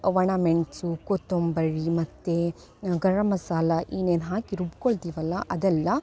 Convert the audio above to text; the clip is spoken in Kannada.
ಒಣಮೆಣಸು ಕೊತ್ತಂಬರಿ ಮತ್ತು ಗರಮ್ ಮಸಾಲೆ ಏನೇನು ಹಾಕಿ ರುಬ್ಬಿಕೊಳ್ತಿವಲ್ಲ ಅದೆಲ್ಲ